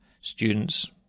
students